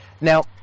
Now